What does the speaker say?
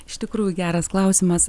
iš tikrųjų geras klausimas